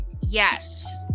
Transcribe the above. Yes